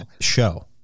show